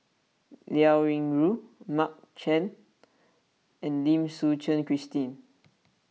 Liao Yingru Mark Chan and Lim Suchen Christine